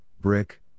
brick